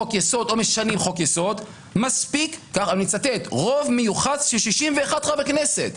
משנים חוק יסוד מספיק ואני מצטט: "רוב מיוחס של 61 חברי כנסת".